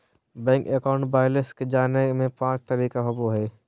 bank account balance के जाने के पांच तरीका होबो हइ